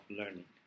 learning